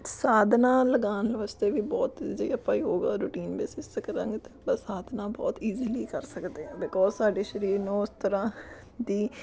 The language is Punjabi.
ਸਾਧਨਾ ਲਗਾਉਣ ਵਾਸਤੇ ਵੀ ਬਹੁਤ ਯੋਗਾ ਰੂਟੀਨ ਬੇਸਿਸ 'ਤੇ ਕਰਾਂਗੇ ਤਾਂ ਆਪਾਂ ਸਾਧਨਾ ਬਹੁਤ ਈਜ਼ੀਲੀ ਕਰ ਸਕਦੇ ਹਾਂ ਬਿਕੋਜ਼ ਸਾਡੇ ਸਰੀਰ ਨੂੰ ਉਸ ਤਰ੍ਹਾਂ ਦੀ